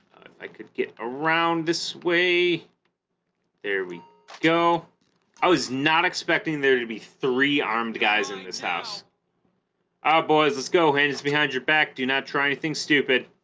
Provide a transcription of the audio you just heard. i could get around this way there we go i was not expecting there to be three armed guys in this house oh ah boys let's go hands behind your back do not try anything stupid